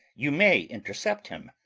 you may intercept him.